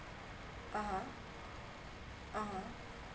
ah ah